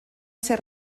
ser